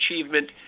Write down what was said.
achievement